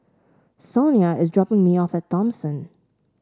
Sonia is dropping me off at Thomson